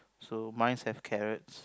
so mine's has carrots